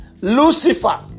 Lucifer